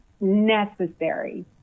necessary